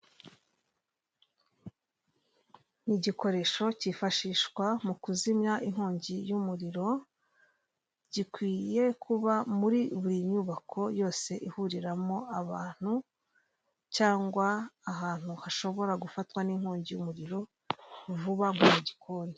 Ni igikoresho cyifashishwa mu kuzimya inkongi y'umuriro, gikwiye kuba muri buri nyubako yose ihuriramo abantu cyangwa ahantu hashobora gufatwa n'inkongi y'umuriro vuba mu gikoni.